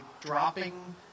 dropping